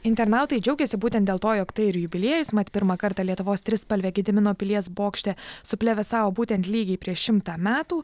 internautai džiaugėsi būtent dėl to jog tai ir jubiliejus mat pirmą kartą lietuvos trispalvė gedimino pilies bokšte suplevėsavo būtent lygiai prieš šimtą metų